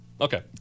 okay